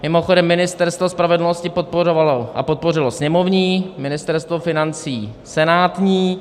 Mimochodem, Ministerstvo spravedlnosti podporovalo a podpořilo sněmovní, Ministerstvo financí senátní.